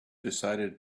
decided